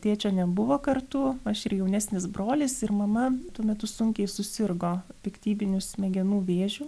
tėčio nebuvo kartu aš ir jaunesnis brolis ir mama tuo metu sunkiai susirgo piktybiniu smegenų vėžiu